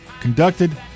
conducted